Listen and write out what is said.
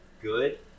good